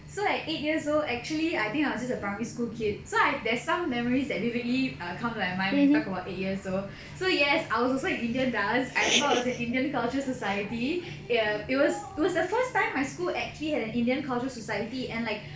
so at eight years old actually I think I was just a primary school kid so I've there's some memories that vividly err come to my mind when you talk about eight years old so yes I was also in indian dance I am what was that indian culture society ya it was it was the first time my school actually had an indian culture society and like